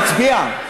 נצביע.